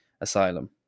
asylum